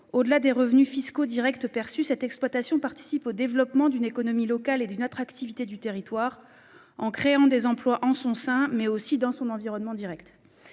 Au-delà des revenus fiscaux Directs perçu cette exploitation participe au développement d'une économie locale et d'une attractivité du territoire en créant des emplois en son sein mais aussi dans son environnement Direct.